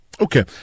Okay